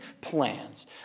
plans